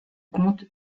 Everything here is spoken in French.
compte